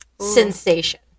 sensation